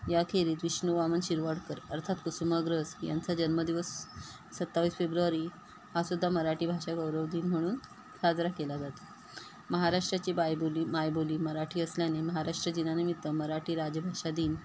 याखेरीज विष्णु वामन शिरवाडकर अर्थात कुसुमाग्रस यांचा जन्मदिवस सत्तावीस फेब्रुवारी हासुद्धा मराठी भाषा गौरवदिन म्हणून साजरा केला जातो महाराष्ट्राची बायबोली मायबोली मराठी असल्याने महाराष्ट्रदिना निमित्त मराठी राज्यभाषा दिन